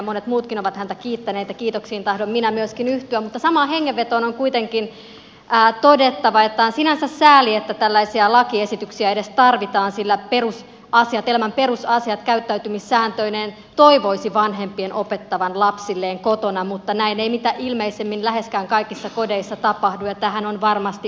monet muutkin ovat häntä kiittäneet ja kiitoksiin tahdon minä myöskin yhtyä mutta samaan hengenvetoon on kuitenkin todettava että on sinänsä sääli että tällaisia lakiesityksiä edes tarvitaan sillä elämän perusasiat käyttäytymissääntöineen toivoisi vanhempien opettavan lapsilleen kotona mutta näin ei mitä ilmeisimmin läheskään kaikissa kodeissa tapahdu ja tähän on varmasti useita syitä